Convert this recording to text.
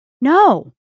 No